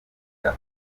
bwa